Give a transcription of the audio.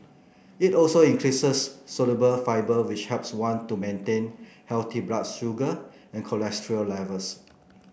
it also increases soluble fibre which helps one to maintain healthy blood sugar and cholesterol levels